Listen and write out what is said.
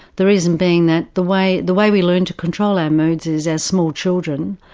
the reason being that the way the way we learn to control our moods is as small children,